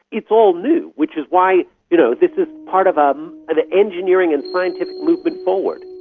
it's all new, which is why you know this is part of um an engineering and scientific movement forward.